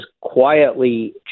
quietly